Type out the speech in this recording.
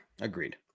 Agreed